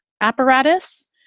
apparatus